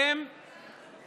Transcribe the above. אתה מרחיק אנשים מהדת.